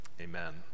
Amen